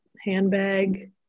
handbag